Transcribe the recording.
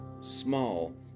small